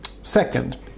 second